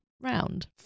round